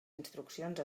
instruccions